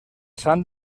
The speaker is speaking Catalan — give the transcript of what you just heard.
sant